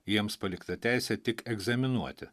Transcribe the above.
jiems palikta teisė tik egzaminuoti